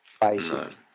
basic